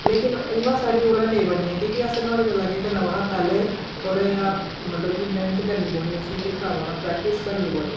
लेकिन उ'आं स्हाडे़ कोला नेईं बनी ऐ कि के असें नोहाड़े कोला केह् करना पौना पैह्ले थोह्ड़ा जेहा मतलब कि मेह्नत करनी पौनी उसी दिक्खना पौना प्रेक्टिस करनी पौनी